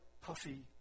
puffy